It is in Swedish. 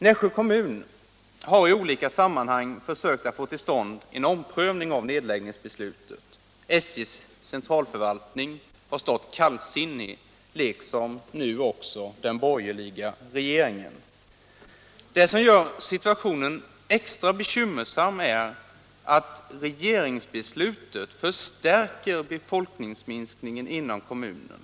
Nässjö kommun har i olika sammanhang försökt att få till stånd en omprövning av nedläggningsbeslutet. SJ:s centralförvaltning har stått kallsinnig liksom nu också den borgerliga regeringen. Det som gör si tuationen extra bekymmersam är att regeringsbeslutet förstärker befolk = Nr 94 ningsminskningen inom kommunen.